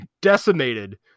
Decimated